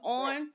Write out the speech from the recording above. on